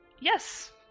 yes